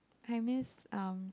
I miss um